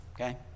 Okay